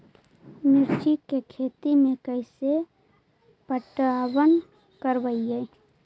मिर्ची के खेति में कैसे पटवन करवय?